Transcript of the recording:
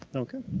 and okay?